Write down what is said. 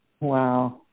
Wow